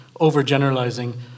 overgeneralizing